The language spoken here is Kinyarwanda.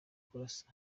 kurasa